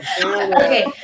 okay